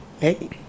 Hey